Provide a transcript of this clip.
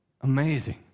Amazing